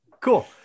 Cool